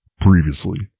Previously